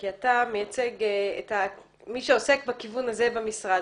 כי אתה מייצג את מי שעוסק בכיוון הזה במשרד.